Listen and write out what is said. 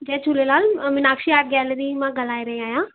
जय झूलेलाल आउं Meenakshi art gallery मां ॻाल्हाए रही आहियां